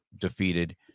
defeated